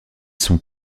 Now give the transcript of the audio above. sont